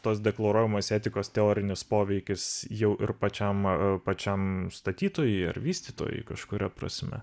tos deklaruojamos etikos teorinis poveikis jau ir pačiam a pačiam statytojui ar vystytojui kažkuria prasme